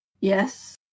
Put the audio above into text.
Yes